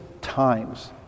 times